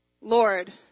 Lord